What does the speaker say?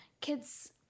kids